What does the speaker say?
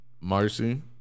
Marcy